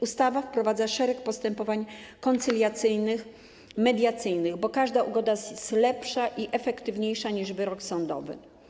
Ustawa wprowadza szereg postępowań koncyliacyjnych, mediacyjnych, bo każda ugoda jest lepsza i efektywniejsza niż wyrok sądowy.